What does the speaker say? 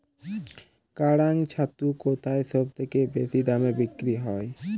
কাড়াং ছাতু কোথায় সবথেকে বেশি দামে বিক্রি হয়?